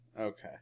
Okay